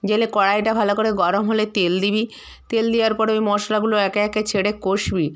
জ্বেলে কড়াইটা ভালো করে গরম হলে তেল দিবি তেল দেয়ার পরে ওই মশলাগুলো একে একে ছেড়ে কষবি